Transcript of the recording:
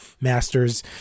masters